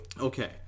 okay